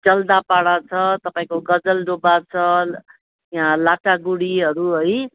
जलदापाडा छ तपाईँको गजलडुबा छ यहाँ लाटागुडीहरू है